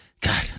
God